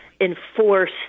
enforce